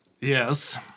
Yes